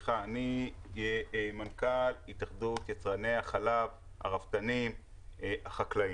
אני מנכ"ל התאחדות יצרני החלב, הרפתנים והחקלאים.